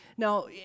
Now